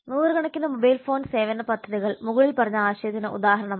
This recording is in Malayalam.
നൂറുകണക്കിന് മൊബൈൽ ഫോൺ സേവന പദ്ധതികൾ മുകളിൽ പറഞ്ഞ ആശയത്തിന് ഉദാഹരണമാണ്